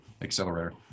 accelerator